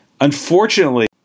Unfortunately